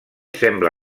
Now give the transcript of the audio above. sembla